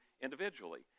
individually